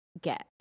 get